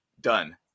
done